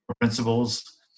principles